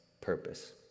purpose